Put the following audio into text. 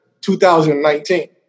2019